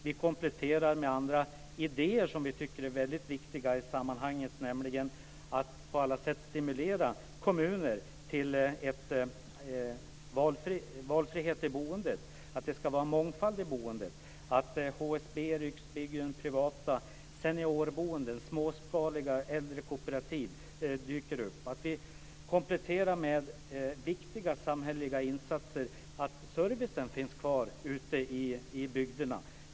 Vi kompletterar detta med andra idéer som vi tycker är väldigt viktiga i sammanhanget, nämligen att kommuner på alla sätt ska stimuleras till en valfrihet och en mångfald i boendet i samverkan med HSB, Riksbyggen, privata seniorboenden och småskaliga äldrekooperativ som dyker upp. Detta kan kompletteras med viktiga samhälleliga insatser för att möjliggöra att servicen finns kvar ute i bygderna.